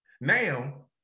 Now